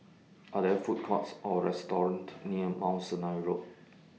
Are There Food Courts Or restaurants near Mount Sinai Road